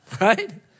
right